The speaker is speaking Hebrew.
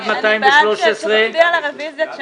עד מתי הרביזיה?